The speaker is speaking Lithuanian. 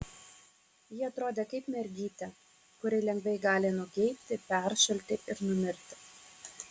ji atrodė kaip mergytė kuri lengvai gali nugeibti peršalti ir numirti